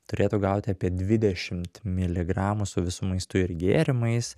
turėtų gauti apie dvidešimt miligramų su visu maistu ir gėrimais